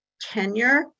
tenure